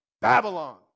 Babylon